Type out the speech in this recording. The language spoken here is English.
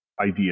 idea